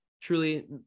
truly